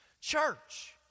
church